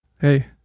Hey